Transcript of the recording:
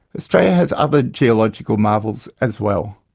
australia has other geological marvels as well.